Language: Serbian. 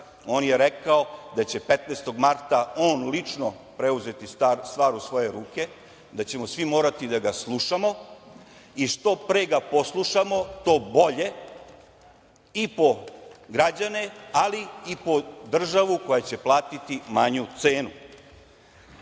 dalje, rekao je da će 15. marta on lično preuzeti stvar u svoje ruke, da ćemo svi morati da ga slušamo i što pre ga poslušamo to bolje i po građane, ali i po državu koja će platiti manju cenu. Juče